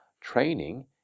training